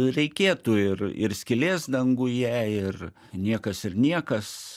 reikėtų ir ir skylės danguje ir niekas ir niekas